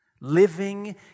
Living